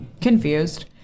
confused